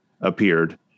appeared